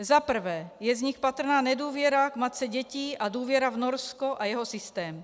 Za prvé, je z nich patrná nedůvěra k matce dětí a důvěra v Norsko a jeho systém.